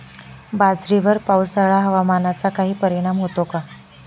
बाजरीवर पावसाळा हवामानाचा काही परिणाम होतो का?